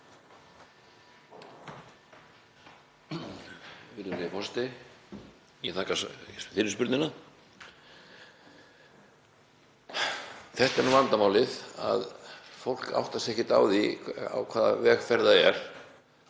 Þetta er vandamálið, fólk áttar sig ekki á því á hvaða vegferð það er.